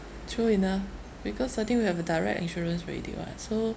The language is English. true enough because I think we have a direct insurance already [what] so